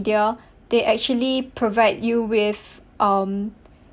they actually provide you with um